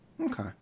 Okay